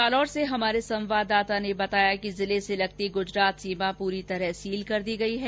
जालौर से हमारे संवाददाता ने बताया कि जिले से लगती गुजरात सीमा पूरी तरह सील कर दी गयी है